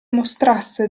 mostrasse